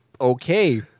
okay